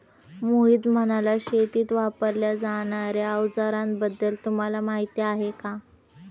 मोहित म्हणाला, शेतीत वापरल्या जाणार्या अवजारांबद्दल तुम्हाला माहिती आहे का?